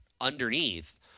underneath